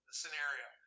scenario